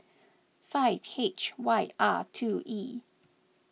five H Y R two E